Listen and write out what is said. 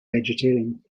vegetarian